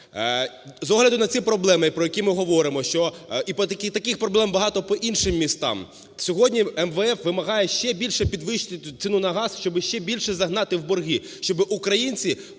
З огляду на ці проблеми, про які ми говоримо, що… І таких проблем багато по іншим містам. Сьогодні МВФ вимагає ще більше підвищити ціну на газ, щоб ще більше загнати в борги, щоб українці